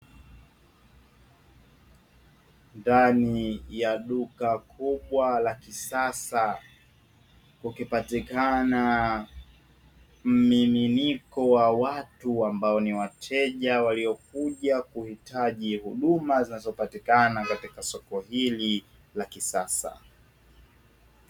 Ndani ya duka kubwa la kisasa kukipatikana mmininiko wa watu, ambao ni wateja waliokuja kuhitaji huduma zinazopatikana katika soko hili la kisasa.